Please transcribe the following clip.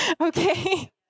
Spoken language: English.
Okay